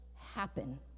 Happen